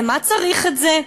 למה צריך את זה?